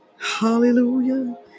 hallelujah